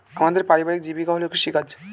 আমাদের পারিবারিক জীবিকা হল কৃষিকাজ